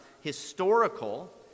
historical